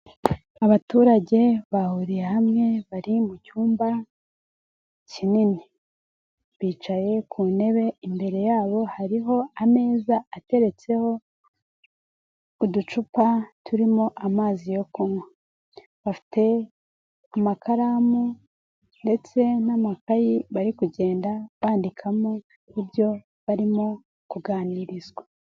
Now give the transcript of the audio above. Abaturage bahuriye hamwe bari mu cyumba kinini, bicaye ku ntebe, imbere yabo hariho ameza ateretseho uducupa turimo amazi yo kunywa, bafite amakaramu ndetse n'amakayi bari kugenda bandikamo ibyo barimo kuganirizwa.